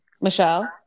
Michelle